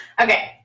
Okay